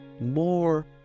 More